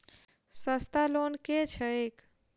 सस्ता लोन केँ छैक